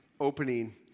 Opening